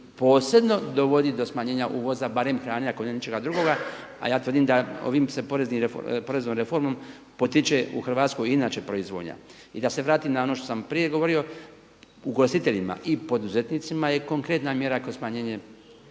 posebno dovodi do smanjenja uvoza barem hrane ako ne nečega drugoga, a ja tvrdim da ovom se poreznom reformom u Hrvatskoj inače proizvodnja. I da se vratim na ono što sam prije govorio, ugostiteljima i poduzetnima je konkretna mjera kroz smanjenje